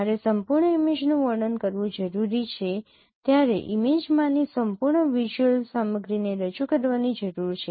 જ્યારે સંપૂર્ણ ઇમેજનું વર્ણન કરવું જરૂરી છે ત્યારે ઇમેજમાંની સંપૂર્ણ વિઝ્યુઅલ સામગ્રીને રજૂ કરવાની જરૂર છે